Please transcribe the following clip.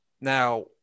Now